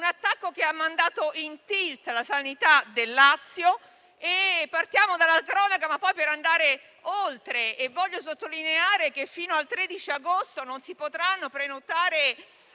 del Lazio, che ha mandato in tilt la sanità della Regione. Partiamo dalla cronaca per andare oltre: voglio sottolineare che fino al 13 agosto non si potranno prenotare